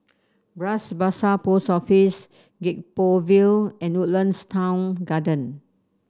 Bras Basah Post Office Gek Poh Ville and Woodlands Town Garden